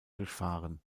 durchfahren